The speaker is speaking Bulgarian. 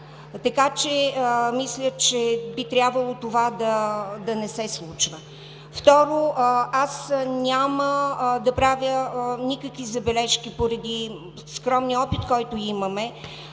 Така че, мисля, че би трябвало това да не се случва. Четвърто, аз няма да правя никакви забележки поради скромния опит, който имаме,